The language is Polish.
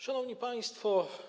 Szanowni Państwo!